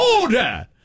Order